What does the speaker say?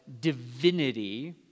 divinity